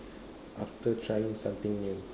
after trying something new